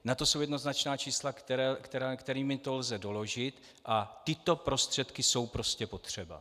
Na to jsou jednoznačná čísla, kterými to lze doložit, a tyto prostředky jsou prostě potřeba.